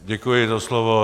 Děkuji za slovo.